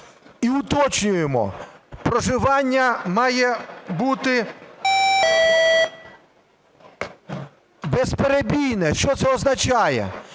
і уточнюємо: проживання має бути безперебійне. Що це означає?